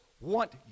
want